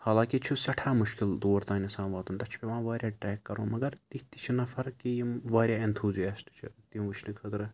حالانکہِ چھُ سٮ۪ٹھاہ مشکل تور تانۍ آسان واتُن تَتھ چھُ پیٚوان واریاہ ٹرٛیٚک کَرُن مگر تِتھۍ تہِ چھِ نَفر کہِ یِم واریاہ ایٚنتھوٗزِیسٹہٕ چھِ تِم وُچھنہٕ خٲطرٕ